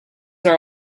are